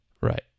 Right